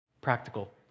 practical